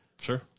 Sure